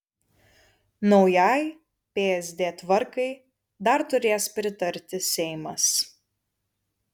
naujai psd tvarkai dar turės pritarti seimas